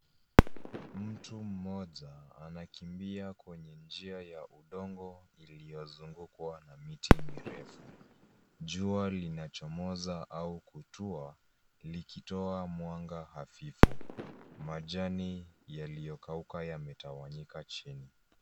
Mtu mmoja anakimbia kwenye njia ya udongo iliyozungukwa na miti mirefu. Jua linachomoza au kutua, likitoa mwanga hafifu. Majani yaliyokauka yametawanyika chini.